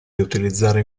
riutilizzare